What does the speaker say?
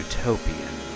Utopian